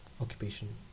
occupation